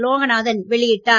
லோகநாதன் வெளியிட்டார்